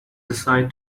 decide